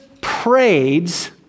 prays